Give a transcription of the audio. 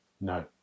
No